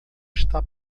está